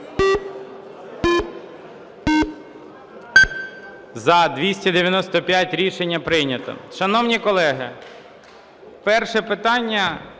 За-295 Рішення прийнято. Шановні колеги, перше питання,